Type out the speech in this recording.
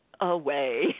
away